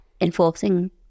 enforcing